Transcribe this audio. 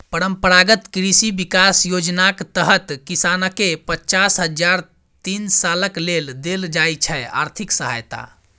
परंपरागत कृषि बिकास योजनाक तहत किसानकेँ पचास हजार तीन सालक लेल देल जाइ छै आर्थिक सहायता